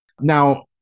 Now